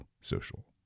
social